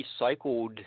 recycled